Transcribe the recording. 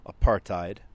apartheid